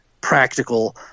practical